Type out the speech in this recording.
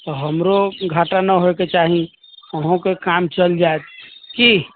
हमरो घाटा नहि होइके चाही अहुँकेँ काम चलि जाइत कि